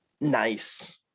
nice